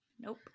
nope